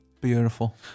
Beautiful